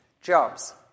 jobs